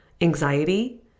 anxiety